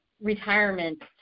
retirement